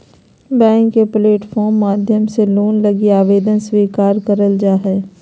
bank के platform माध्यम से लोन लगी आवेदन स्वीकार करल जा हय